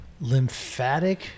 lymphatic